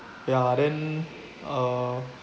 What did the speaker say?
ya then uh